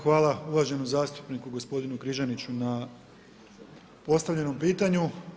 Hvala uvaženom zastupniku gospodinu Križaniću, na postavljanom pitanju.